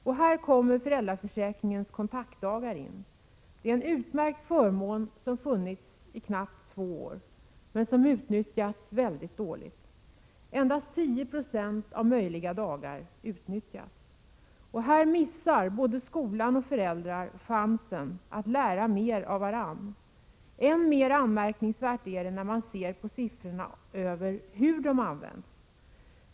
Och här kommer föräldraförsäkringens kontaktdagar in. Det är en utmärkt förmån som funnits i knappt två år men som utnyttjats mycket dåligt. Endast 10 76 av möjliga dagar utnyttjas. Här missar både skolan och föräldrarna chansen att lära mer av varandra. Än mer anmärkningsvärt är hur kontaktdagarna används.